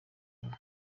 kumwe